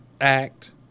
act